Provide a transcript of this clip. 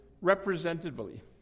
representatively